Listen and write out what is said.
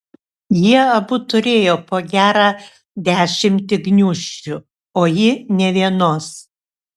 jie abu turėjo po gerą dešimtį gniūžčių o ji nė vienos